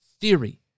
theory